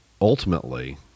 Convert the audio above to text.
ultimately